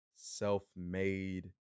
self-made